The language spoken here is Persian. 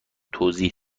توضیح